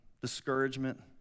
discouragement